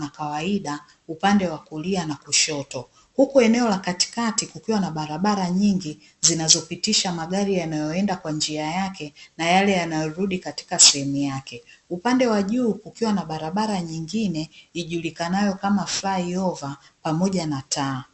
na kawaida upande wa kulia na kushoto, huku eneo la katikati kukiwa na barabara nyingi zinazopitisha magari yanayoenda kwa njia yake na yale yanayorudi katika sehemu yake, upande wa juu kukiwa na barabara nyingine ijulikanayo kama Flaiova pamoja na taa.